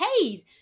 hey